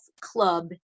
club